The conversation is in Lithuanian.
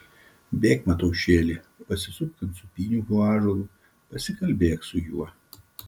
bėk mataušėli pasisupk ant sūpynių po ąžuolu pasikalbėk su juo